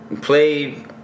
play